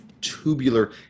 tubular